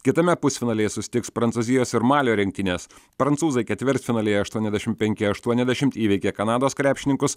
kitame pusfinalyje susitiks prancūzijos ir malio rinktinės prancūzai ketvirtfinalyje aštuoniasdešim penki aštuoniasdešimt įveikė kanados krepšininkus